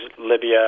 Libya